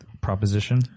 proposition